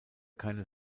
keine